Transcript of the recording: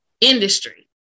industry